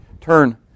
Turn